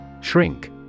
Shrink